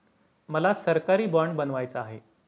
मला सरकारी बाँड बनवायचा आहे